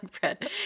bread